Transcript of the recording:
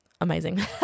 amazing